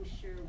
sure